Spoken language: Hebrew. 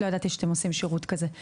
לא ידעתי שאתם עושים שירות כזה.